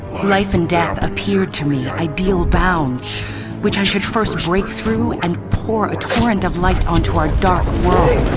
life and death appear to me ideal bounds which i should first break through and pour a torrent of light onto our dark world.